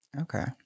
Okay